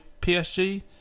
PSG